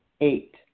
Eight